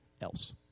else